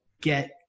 get